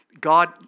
God